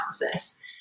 analysis